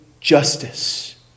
justice